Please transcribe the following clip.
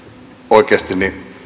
oikeasti